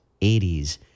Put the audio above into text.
80s